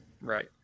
Right